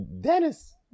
Dennis